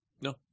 No